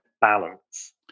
balance